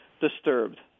disturbed